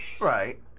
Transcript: Right